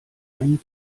einen